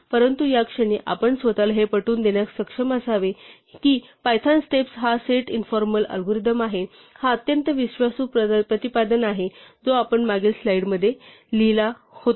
परंतु या क्षणी आपण स्वतःला हे पटवून देण्यास सक्षम असावे की पायथन स्टेप्स चा हा सेट इन्फॉर्मल अल्गोरिदम चा अत्यंत विश्वासू प्रतिपादन आहे जो आपण मागील स्लाइडमध्ये लिहिला होता